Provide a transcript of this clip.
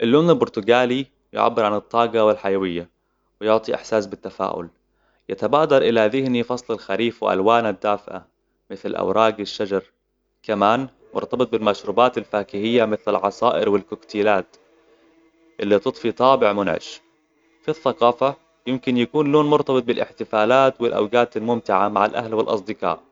اللون البرتقالي يعبر عن الطاقة والحيوية ويعطي أحساس بالتفاؤل يتبادل إلى ذهني فصل الخريف وألوانه الدافئه مثل أوراق الشجر كمان مرتبط بالمشروبات الفاكهية مثل العطائر والكوكتيلات اللي تطفي طابع منعش في الثقافة يمكن يكون اللون مرتبط بالاحتفالات والأوقات الممتعة مع الأهل والأصدقاء